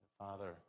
Father